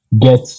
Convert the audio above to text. get